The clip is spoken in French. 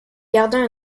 gardant